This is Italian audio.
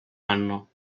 anno